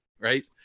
Right